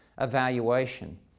evaluation